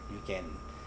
you can